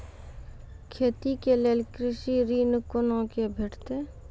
खेती के लेल कृषि ऋण कुना के भेंटते?